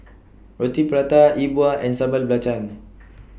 Roti Prata E Bua and Sambal Belacan